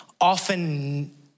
often